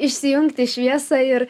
išsijungti šviesą ir